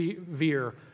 veer